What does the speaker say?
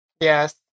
Yes